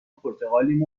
پرتغالیم